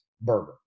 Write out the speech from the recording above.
burger